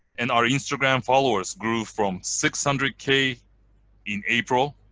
and our instagram followers grew from six hundred k in april